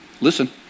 listen